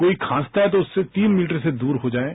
कोई खांसता है तो उससे तीन मीटर से दूर हो जाएं